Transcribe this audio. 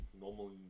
normal